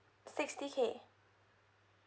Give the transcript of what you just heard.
sixty K